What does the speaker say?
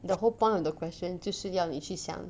the whole point of the question 就是要你去想